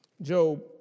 Job